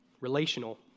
relational